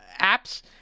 apps